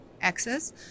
access